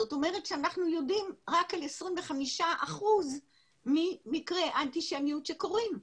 זאת אומרת שאנחנו יודעים רק על 25% ממקרי האנטישמיות שקורים.